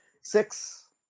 Six